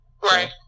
Right